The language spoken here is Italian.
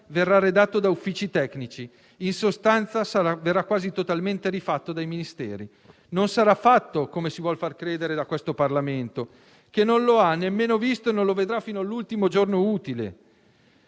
verrà redatto da uffici tecnici; in sostanza, sarà quasi totalmente rifatto dai Ministeri; non sarà elaborato - come si vuol far credere - da questo Parlamento, che non lo ha nemmeno visto e non lo vedrà fino all'ultimo giorno utile